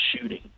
shooting